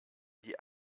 die